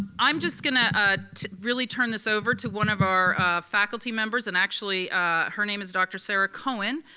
i'm just going to ah to really turn this over to one of our faculty members and actually her name is dr. sarah cohen.